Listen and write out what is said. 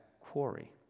quarry